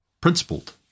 principled